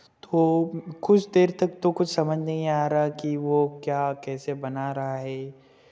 तो कुछ देर तक तो कुछ समझ नहीं आ रहा कि वो क्या कैसे बना रहा है